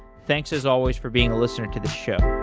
thanks as always for being a listener to this show.